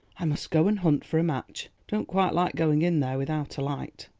i must go and hunt for a match. don't quite like going in there without a light.